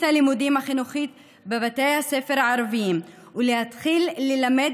הלימודים החינוכית בבתי הספר הערביים ולהתחיל ללמד